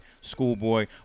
Schoolboy